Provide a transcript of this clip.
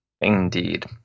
Indeed